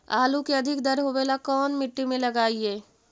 आलू के अधिक दर होवे ला कोन मट्टी में लगीईऐ?